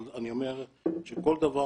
אבל אני אומר שכל דבר